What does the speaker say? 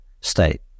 state